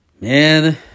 man